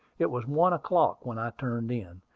it was one o'clock when i turned in,